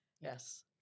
Yes